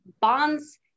Bonds